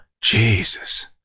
jesus